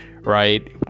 right